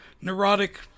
neurotic